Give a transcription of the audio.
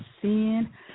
sin